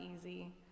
easy